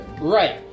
Right